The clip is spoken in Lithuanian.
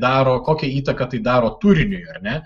daro kokią įtaką tai daro turiniui ar ne